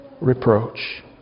reproach